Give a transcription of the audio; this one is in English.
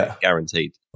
guaranteed